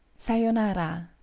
sayonara,